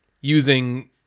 using